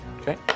Okay